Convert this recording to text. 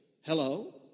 Hello